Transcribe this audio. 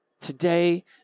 today